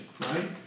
right